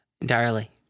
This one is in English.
Entirely